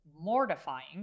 mortifying